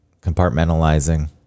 compartmentalizing